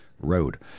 road